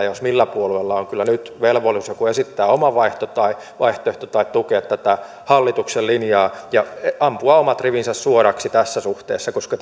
jos jollakin puolueella on kyllä nyt velvollisuus joko esittää oma vaihtoehto tai vaihtoehto tai tukea tätä hallituksen linjaa ja ampua omat rivinsä suoraksi tässä suhteessa koska